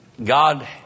God